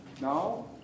now